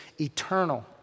eternal